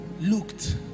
looked